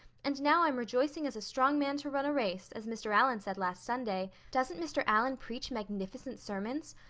and now i'm rejoicing as a strong man to run a race, as mr. allan said last sunday. doesn't mr. allan preach magnificent sermons?